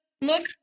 look